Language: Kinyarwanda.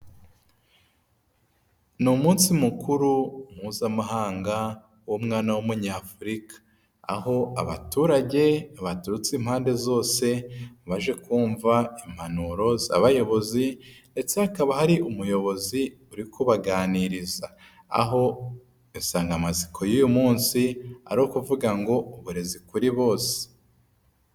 Ni umunsi mukuru mpuzamahanga w'umwana w'Umunyafurika. Aho abaturage baturutse impande zose baje kumva impanuro z'abayobozi ndetse hakaba hari umuyobozi uri kubaganiriza. Aho insanganyamatsiko y'uyu munsi ari ukuvuga ngo uburezi kuri bose.